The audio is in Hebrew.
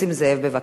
נסים זאב, בבקשה.